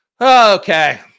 Okay